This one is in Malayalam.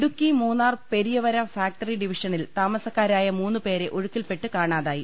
ഇടുക്കി മൂന്നാർ പെരിയവരാ ഫാക്ടറി ഡിവിഷനിൽ താമസക്കാരായ മൂന്നുപേരെ ഒഴുക്കിൽപെട്ട് കാണാതായി